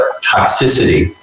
toxicity